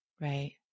right